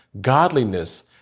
Godliness